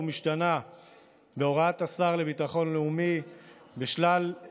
ומשתנה בהוראת השר לביטחון לאומי בשלילת